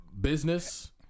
business